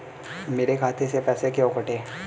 मेरे खाते से पैसे क्यों कटे?